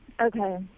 okay